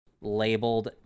labeled